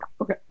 Okay